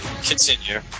Continue